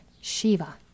Shiva